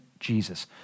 Jesus